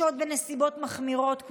שוד בנסיבות מחמירות,